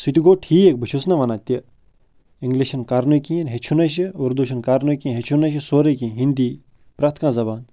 سُہ تہِ گوٚو تھیٖک بہٕ چھُس نہٕ وَنان تہِ اِنگلِش چھُنہٕ کَرنُے کِہیٖنۍ ہیٚچھُنٕے چھُ اُردو چھُنہٕ کرنُے کیٚنٛہہ ہیٚچھُنٕے چھُ سورے کیٚنٛہہ ہِندی پریٚتھ کانٛہہ زَبان